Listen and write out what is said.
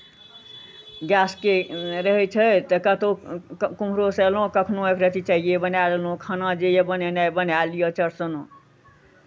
गैसके रहै छै तऽ कतहु केमहरोसँ अयलहुँ कखनहुँ एक रत्ती चाइए बनाए लेलहुँ खाना जे यए बनेनाइ बना लिअ चटसिना